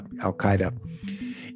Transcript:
al-Qaeda